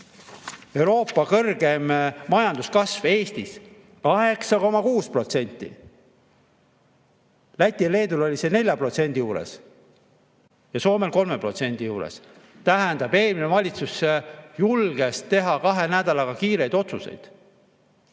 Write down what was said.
Euroopa kõrgeim majanduskasv Eestis: 8,6%. Lätil ja Leedul oli see 4% juures ja Soomel 3% juures. Tähendab, eelmine valitsus julges teha kahe nädalaga kiireid otsuseid.